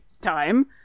time